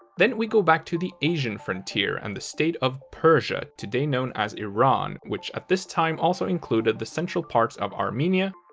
then we go back to the asian frontier and the state of persia, today known as iran, which at this time also included the central parts of armenia,